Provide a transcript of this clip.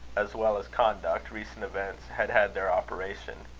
as well as conduct, recent events had had their operation,